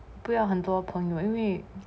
不要很多朋友因为